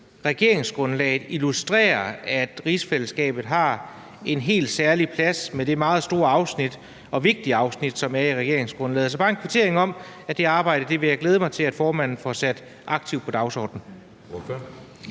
regeringsgrundlaget illustrerer, at rigsfællesskabet har en helt særlig plads med det meget store og vigtige afsnit, som er der. Så jeg vil bare kvittere ved at sige, at det arbejde vil jeg glæde mig til at formanden får sat aktivt på dagsordenen.